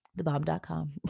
thebomb.com